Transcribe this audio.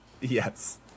Yes